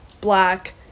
black